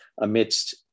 amidst